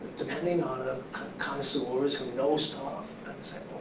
depending on the connoisseurs who know stuff and say,